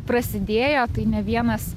prasidėjo tai ne vienas